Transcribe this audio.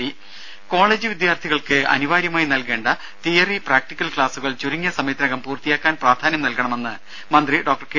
ദേദ കോളജ് വിദ്യാർത്ഥികൾക്ക് അനിവാര്യമായി നൽകേണ്ട തിയറി പ്രാക്ടിക്കൽ ക്സാസുകൾ ചുരുങ്ങിയ സമയത്തിനകം പൂർത്തിയാക്കാൻ പ്രാധാന്യം നൽകണമെന്ന് മന്ത്രി ഡോക്ടർ കെ